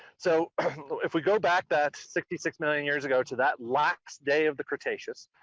so if we go back that sixty six million years ago to that last day of the cretaceous,